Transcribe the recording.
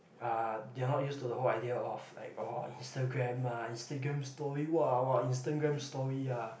ah they are not used to the whole idea of like oh Instagram ah Instagram story !wah! !wah! Instagram story ah